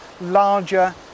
larger